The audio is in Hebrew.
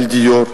על הדיור,